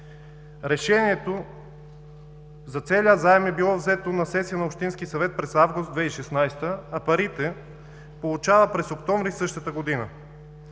Решението за целия заем е било взето на сесия на общинския съвет през месец август 2016 г., а парите получава през месец октомври същата година.